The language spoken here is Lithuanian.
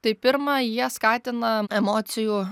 tai pirma jie skatina emocijų